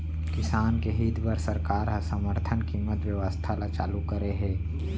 किसान के हित बर सरकार ह समरथन कीमत बेवस्था ल चालू करे हे